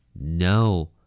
No